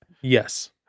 Yes